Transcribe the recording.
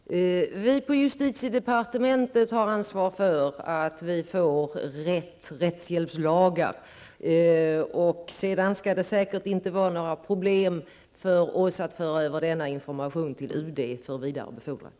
Fru talman! Vi på justitiedepartementet har ansvar för att rättshjälpslagarna blir de riktiga. Sedan kommer det säkerligen inte att vara något problem för oss att föra över denna information till UD för vidarebefordran.